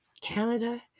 Canada